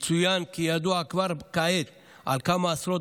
יצוין כי ידוע כבר כעת על כמה עשרות